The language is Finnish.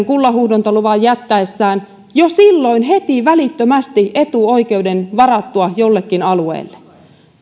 kullanhuuhdontaluvan jättäessään jo silloin heti välittömästi etuoikeuden varattua jollekin alueelle